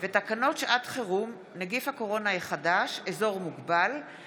תקנות שעת חירום (נגיף הקורונה החדש) (בידוד